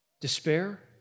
despair